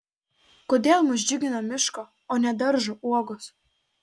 kodėl mus džiugina miško o ne daržo uogos